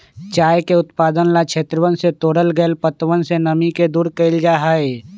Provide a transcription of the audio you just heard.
चाय के उत्पादन ला क्षेत्रवन से तोड़ल गैल पत्तवन से नमी के दूर कइल जाहई